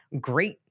great